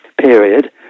period